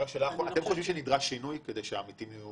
אתם חושבים שנדרש שינוי כדי שהעמיתים יהיו